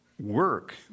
work